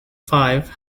five